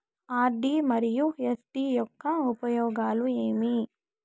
RD మరియు FD యొక్క ఉపయోగాలు ఏమి?